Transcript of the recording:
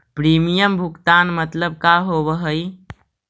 Premium भुगतान मतलब का होव हइ?